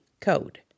code